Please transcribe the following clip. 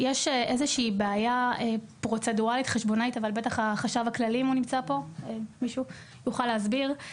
יש בעיה חשבונאית שאולי נציג החשב הכללי יוכל להסביר.